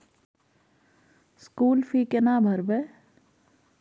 School fee केना भरबै?